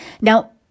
Now